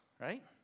right